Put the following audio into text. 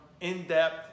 in-depth